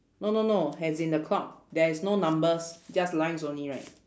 no no no as in the clock there's no numbers just lines only right